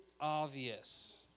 obvious